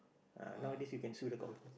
ah nowadays you can sue the company